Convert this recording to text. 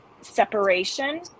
separation